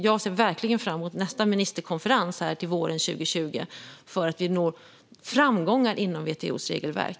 Jag ser verkligen fram emot nästa ministerkonferens våren 2020 och att vi ska nå framgångar inom WTO:s regelverk.